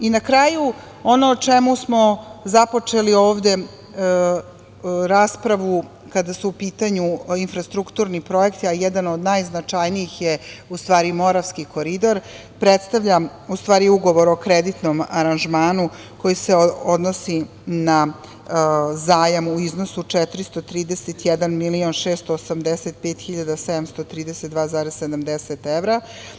Na kraju, ono o čemu smo započeli ovde raspravu, kada su u pitanju infrastrukturni projekti, a jedan od najznačajnijih je Moravski koridor, predstavlja, u stvari, ugovor o kreditnom aranžmanu, koji se odnosi na zajam u iznosi od 431.685.732,70 evra.